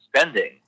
spending